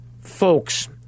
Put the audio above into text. folks